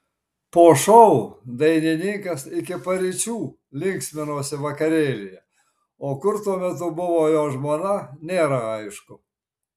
po šou dainininkas iki paryčių linksminosi vakarėlyje o kur tuo metu buvo jo žmona nėra aišku